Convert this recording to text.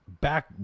back